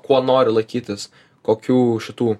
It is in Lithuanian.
kuo nori laikytis kokių šitų